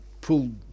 pulled